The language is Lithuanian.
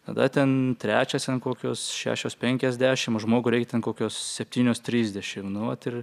tada ten trečias ten kokios šešios penkiasdešim žmogui reik ten kokios septynios trisdešim nu vat ir